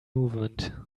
movement